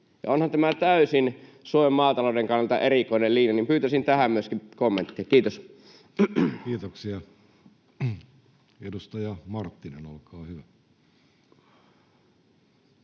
Onhan tämä Suomen maatalouden kannalta täysin erikoinen linja, joten pyytäisin tähän myöskin kommenttia. — Kiitos. Kiitoksia. — Edustaja Marttinen, olkaa hyvä.